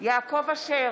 יעקב אשר,